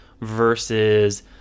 versus